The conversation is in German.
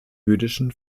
jüdischen